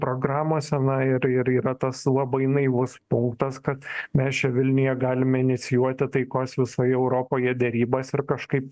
programose na ir ir yra tas labai naivus punktas kad mes čia vilniuje galime inicijuoti taikos visoje europoje derybas ir kažkaip